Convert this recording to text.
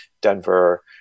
Denver